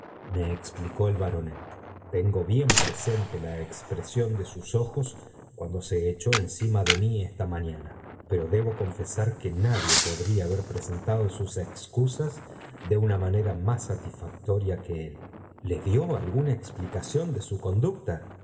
me explicó el baronet tengo bien presente la expresión de sus ojos cuando so echó encima de mí esta mañana pero debo confesar que nadie podría haber presentado sus excusas de una manera más satisfactoria que él it dtó aiguna ex phcaoión de su conducta